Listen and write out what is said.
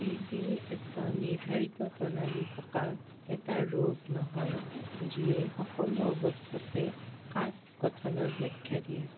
P B এটা নিৰ্ধাৰিত প্ৰণালী থকা এটা ৰোগ নহয় যিয়ে সকলো অৱস্থাতে কাষ্ট গঠনৰ ব্যাখ্যা দিয়ে